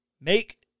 Make